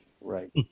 Right